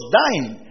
dying